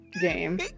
game